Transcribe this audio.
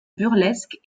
burlesque